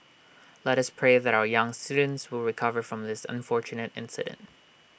let us pray that our young students will recover from this unfortunate incident